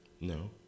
No